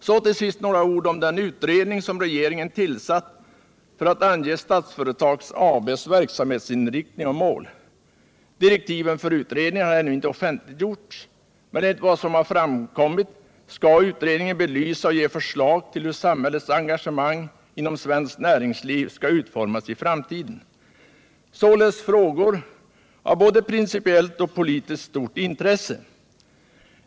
Så till sist några ord om den utredning som regeringen tillsatt för att ange Statsföretag AB:s verksamhetsinriktning och mål Direktiven för utredningen har ännu inte offentliggjorts, men enligt vad som framkommit skall utredningen belysa och ge förslag på hur samhällets engagemang inom svenskt näringsliv skall utformas i framtiden, alltså frågor av både principiellt och politiskt stort intresse.